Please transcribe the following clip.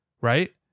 right